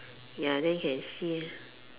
ya then you can see ah